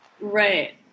Right